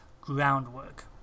groundwork